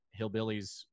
hillbillies